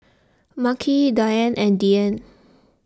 Makhi Diann and Deane